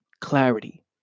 clarity